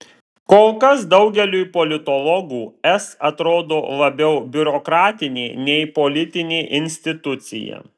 kol kas daugeliui politologų es atrodo labiau biurokratinė nei politinė institucija